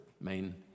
main